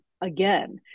again